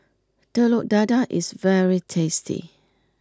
Telur Dadah is very tasty